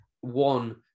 one